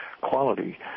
quality